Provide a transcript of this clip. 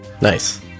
Nice